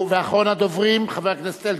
ואחרון הדוברים, חבר הכנסת אלקין.